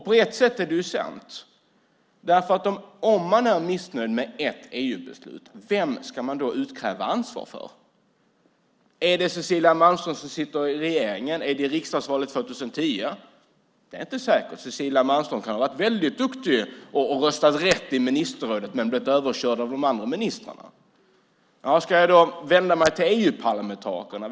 På ett sätt är det sant, därför att om jag är missnöjd med ett EU-beslut, vem ska jag då utkräva ansvar av? Är det av Cecilia Malmström, som sitter i regeringen, i riksdagsvalet 2010? Det är inte säkert. Cecilia Malmström kan ha varit väldigt duktig och röstat rätt i ministerrådet men blivit överkörd av de andra ministrarna. Ska jag då vända sig till EU-parlamentarikerna?